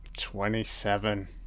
Twenty-seven